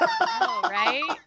Right